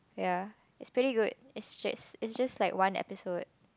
ya it's pretty good it's just it's just like one episode